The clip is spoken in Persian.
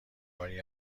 باری